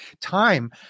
time